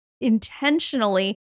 intentionally